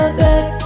back